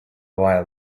while